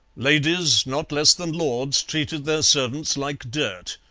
ladies not less than lords treated their servants like dirt,